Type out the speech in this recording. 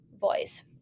voice